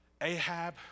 Ahab